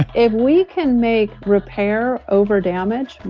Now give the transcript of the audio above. if we can make repair over damage,